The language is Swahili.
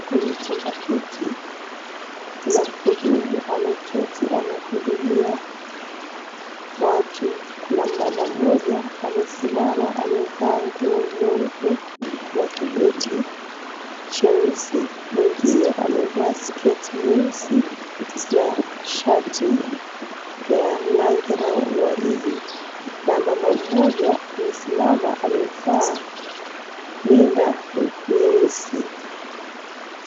Kwenye chumba hiki, kuna mhudumu ameketi anahudumia watu, Kuna mama mmoja amesimama amevaa nguo nyeupe na kibeti cheusi. Mwingine amevaa sketi nyeusi na shati ya rangi la waridi na mmama mmoja amesimama amevaa rinda nyeusi.